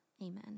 Amen